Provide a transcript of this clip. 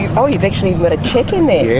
and oh, you've actually got a cheque in there